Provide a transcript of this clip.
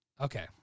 okay